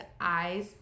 eyes